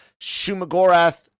Shumagorath